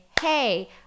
hey